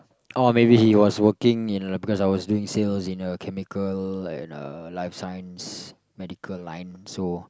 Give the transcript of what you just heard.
oh maybe he was working in because I was doing sales in uh chemical and uh life sciences medical line so